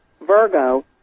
Virgo